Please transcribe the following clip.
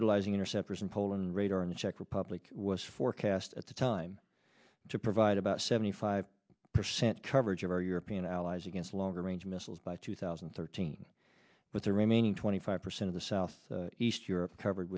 utilizing interceptors in poland radar in the czech republic was forecast at the time to provide about seventy five percent coverage of our european allies against longer range missiles by two thousand and thirteen with the remaining twenty five percent of the south east europe covered